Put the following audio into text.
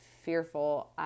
fearful